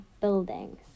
buildings